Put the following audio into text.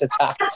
attack